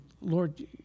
Lord